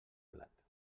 blat